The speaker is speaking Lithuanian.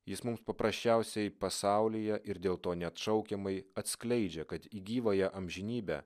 jis mums paprasčiausiai pasaulyje ir dėl to neatšaukiamai atskleidžia kad į gyvąją amžinybę